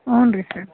ಊನ್ರೀ sir